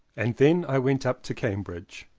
and then i went up to cambridge.